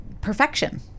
perfection